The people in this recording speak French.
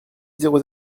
zéro